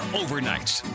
overnights